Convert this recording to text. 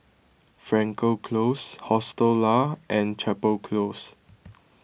Frankel Close Hostel Lah and Chapel Close